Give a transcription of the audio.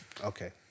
Okay